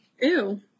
Ew